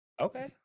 Okay